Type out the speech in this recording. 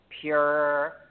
pure